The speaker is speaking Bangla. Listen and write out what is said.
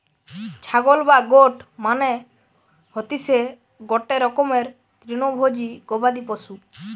ছাগল বা গোট মানে হতিসে গটে রকমের তৃণভোজী গবাদি পশু